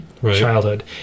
childhood